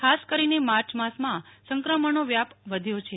ખાસ કરીને માર્ય માસમાં સંક્રમણનો વ્યાપ વધ્યો છે